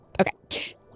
Okay